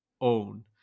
own